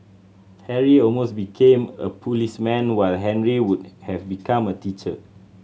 Harry almost became a policeman while Henry would have become a teacher